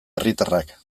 herritarrak